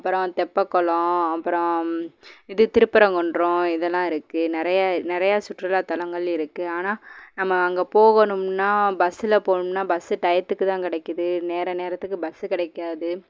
அப்புறம் தெப்பக்குளம் அப்புறம் இது திருபுரங்குன்றம் இதெல்லாம் இருக்குது நிறையா நிறையா சுற்றுலா தலங்கள் இருக்குது ஆனால் நம்ம அங்கே போகணும்னால் பஸ்ஸில் போணும்னால் பஸ்ஸு டையத்துக்கு தான் கிடைக்கிது நேரம் நேரத்துக்கு பஸ்ஸு கிடைக்காது